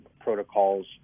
protocols